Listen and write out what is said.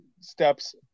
steps